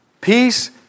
peace